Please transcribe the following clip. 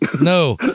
no